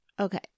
okay